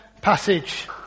passage